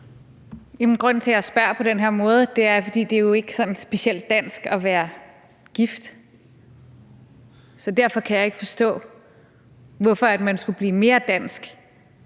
Grunden til, at jeg spørger på den her måde, er, at det ikke er sådan specielt dansk at være gift. Derfor kan jeg ikke forstå, hvorfor man skulle blive mere dansk